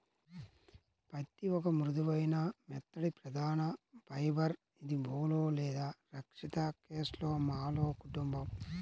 పత్తిఒక మృదువైన, మెత్తటిప్రధానఫైబర్ఇదిబోల్ లేదా రక్షిత కేస్లోమాలో కుటుంబం